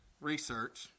Research